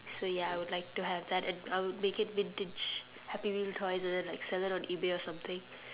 so ya so I would like to have that and I would make it vintage happy meal toys and then like sell it on eBay or something